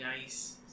nice